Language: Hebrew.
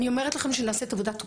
אני אומרת לכם שנעשית עבודת קודש.